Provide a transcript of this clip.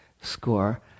score